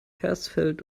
hersfeld